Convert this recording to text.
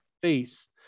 face